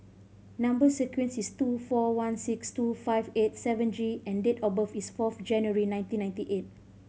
number sequence is two four one six two five eight seven G and date of birth is fourth January nineteen ninety eight